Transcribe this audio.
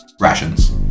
Rations